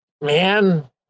man